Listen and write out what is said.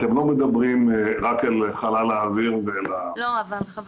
אתם לא מדברים רק לחלל האוויר ולפרוטוקול